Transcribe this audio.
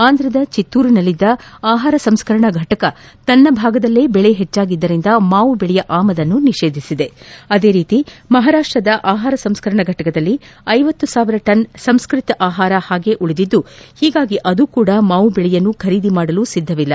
ಆಂಧ್ರದ ಚಿತ್ತೂರಿನಲ್ಲಿದ್ದ ಆಹಾರ ಸಂಸ್ಕರಣಾ ಘಟಕ ತನ್ನ ಭಾಗದಲ್ಲೇ ಬೆಳೆ ಹೆಚ್ಚಾಗಿದ್ದರಿಂದ ಮಾವು ಬೆಳೆಯ ಆಮದನ್ನು ನಿಷೇಧಿಸಿದೆ ಅದೇ ರೀತಿ ಮಹಾರಾಷ್ಟದ ಆಹಾರ ಸಂಸ್ಕರಣ ಘಟಕದಲ್ಲಿ ಐವತ್ತು ಸಾವಿರ ಟನ್ ಸಂಸ್ಕರಿತ ಆಹಾರ ಹಾಗೇ ಉಳಿದಿದ್ದು ಹೀಗಾಗಿ ಅದು ಕೂಡಾ ಮಾವು ಬೆಳೆಯನ್ನು ಖರೀದಿ ಮಾಡಲು ಸಿದ್ದವಿಲ್ಲ